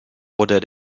oder